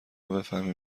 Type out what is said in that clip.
بفهمیم